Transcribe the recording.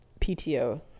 pto